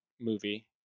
movie